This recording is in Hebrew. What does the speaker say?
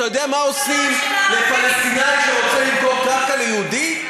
אתה יודע מה עושים לפלסטיני שרוצה למכור קרקע ליהודי?